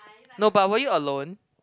no but were you alone